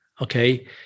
Okay